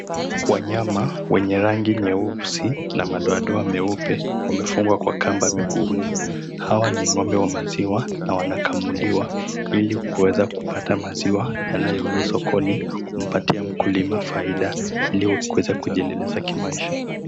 Wanyama wenye rangi nyeusi na madoadoa meupe, wamefungwa kwa kamba miguuni. Hawa ni ng'ombe wa maziwa, wanakamuliwa ili kuweza kupata maziwa yanayouzwa sokoni kumpatia mkulima faida ili kuweza kujiendelesha kimaisha.